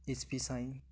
S P shine